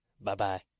Bye-bye